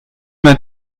man